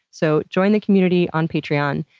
so, join the community on patreon.